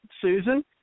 Susan